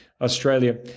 australia